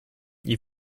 gli